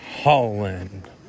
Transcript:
Holland